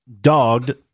dogged